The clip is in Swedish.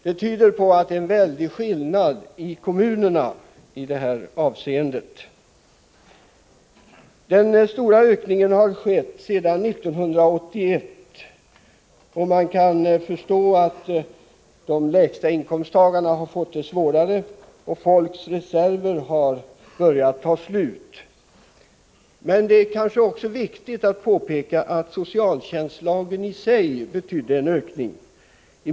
Det tyder på att det är en väldig skillnad mellan kommunerna i detta avseende. Den stora ökningen har skett sedan 1981, och man kan förstå att de lägsta inkomsttagarna har fått det svårare. Folks reserver har börjat ta slut. Men det är också viktigt att påpeka att socialtjänstlagen i sig betydde en ökning.